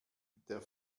der